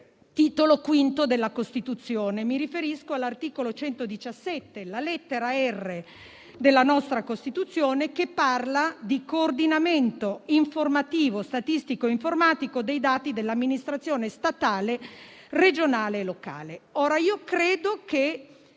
Titolo V della Costituzione. Mi riferisco all'articolo 117, lettera *r*), della nostra Costituzione, che parla di coordinamento informativo statistico e informatico dei dati dell'amministrazione statale, regionale e locale. Credo che